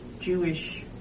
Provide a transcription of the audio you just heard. Jewish